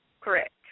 correct